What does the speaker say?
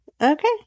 Okay